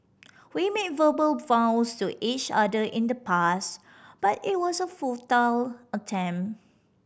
we made verbal vows to each other in the past but it was a futile attempt